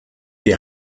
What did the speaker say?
die